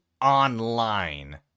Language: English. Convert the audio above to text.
online